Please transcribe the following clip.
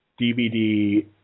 DVD